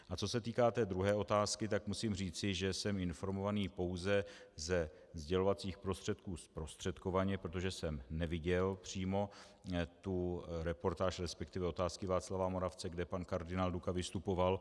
A co se týká druhé otázky, musím říci, že jsem informovaný pouze ze sdělovacích prostředků, zprostředkovaně, protože jsem neviděl přímo tu reportáž, resp. Otázky Václava Moravce, kde pan kardinál Duka vystupoval.